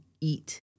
eat